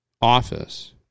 office